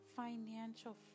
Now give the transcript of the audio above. financial